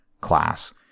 class